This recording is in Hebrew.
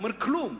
הוא אומר: כלום.